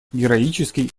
героический